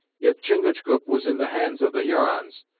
if chingachgook was in the hands of the hurons,